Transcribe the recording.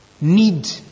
need